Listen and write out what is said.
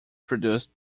produced